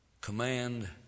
command